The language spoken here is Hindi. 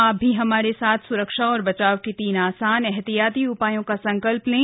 आप भी हमारे साथ सुरक्षा और बचाव के तीन आसान एहतियाती उपायों का संकल्प लें